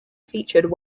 featured